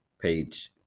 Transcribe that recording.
page